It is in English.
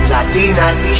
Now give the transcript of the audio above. Latinas